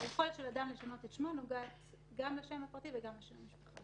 היכולת של אדם לשנות את שמו נוגעת גם לשם הפרטי וגם לשם המשפחה.